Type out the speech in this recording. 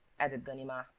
added ganimard.